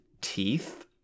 teeth